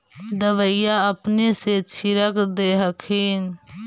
दबइया अपने से छीरक दे हखिन?